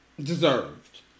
deserved